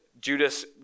Judas